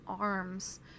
arms